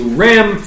ram